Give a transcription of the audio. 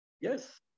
Yes